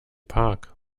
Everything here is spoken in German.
park